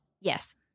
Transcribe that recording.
Yes